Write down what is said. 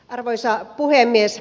arvoisa puhemies